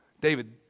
David